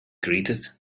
greeted